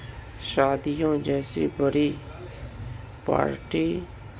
شادیوں جیسی بڑی پارٹی